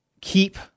keep